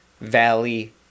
Valley